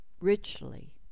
richly